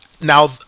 now